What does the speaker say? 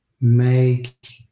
make